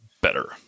better